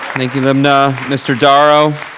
thank you, lubna. mr. darrow.